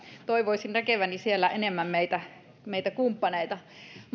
toivoisin näkeväni siellä enemmän meitä meitä kumppaneita